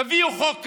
תביאו חוק כזה.